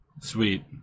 Sweet